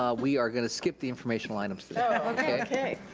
um we are gonna skip the informational items today. oh okay,